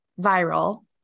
viral